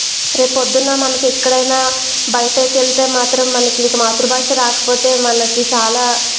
రేపు పొద్దున్న మనకి ఎక్కడైనా బయటకు వెళితే మాత్రం మనకి ఇంకా మాతృభాష రాకపోతే మనకి చాలా